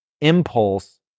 impulse